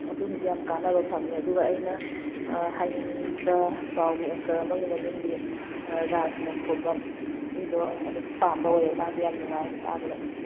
ꯑꯗꯨꯒꯤꯁꯨ ꯌꯥꯝ ꯀꯥꯟꯅꯕ ꯐꯪꯉꯤ ꯑꯗꯨꯒ ꯑꯩꯅ ꯍꯥꯏꯅꯤꯡꯕ ꯄꯥꯎꯒꯤ ꯑꯦꯡꯀꯔ ꯑꯃꯒꯤ ꯃꯃꯤꯡꯗꯤ ꯔꯥꯖ ꯅꯣꯡꯊꯣꯝꯕꯝ ꯑꯗꯨꯗꯣ ꯑꯗꯨꯝ ꯄꯥꯝꯕ ꯑꯣꯏ ꯃꯥꯗꯣ ꯌꯥꯝ ꯅꯨꯡꯉꯥꯏ ꯇꯥꯕꯗ